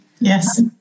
Yes